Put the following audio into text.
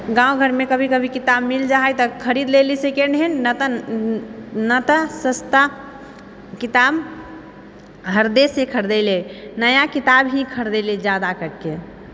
गाँव घरमे कभी कभी किताब मिल जा हइ तऽ खरीद लेली सेकेण्ड हैण्ड ना तऽ सस्ता किताब हरदेसँ खरीदलै नया किताब ही खरदेलै ज्यादा करिके